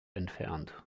entfernt